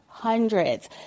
hundreds